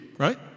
Right